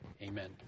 Amen